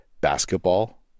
basketball